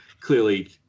clearly